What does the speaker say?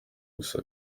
gusa